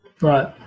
Right